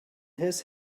his